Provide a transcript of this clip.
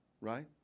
right